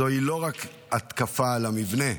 זוהי לא רק התקפה על מבנה,